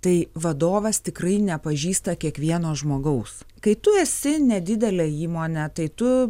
tai vadovas tikrai nepažįsta kiekvieno žmogaus kai tu esi nedidelė įmonė tai tu